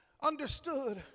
understood